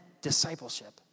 discipleship